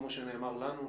כמו שנאמר לנו,